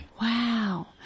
Wow